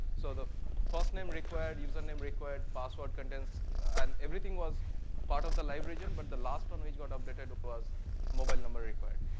so the first name required user name required, password contains, and everything was part of the live region, but the last one which got updated was mobile number required,